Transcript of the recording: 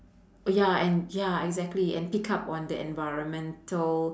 oh ya and ya exactly and pick up on the environmental